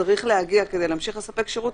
שצריך להגיע בכל זאת להגיע כדי להמשיך לספק שירות